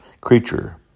creature